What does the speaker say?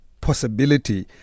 possibility